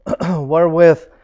wherewith